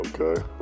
Okay